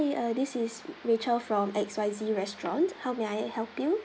~i this is rachel from X Y Z restaurant how may I help you